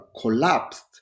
collapsed